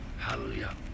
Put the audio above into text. Hallelujah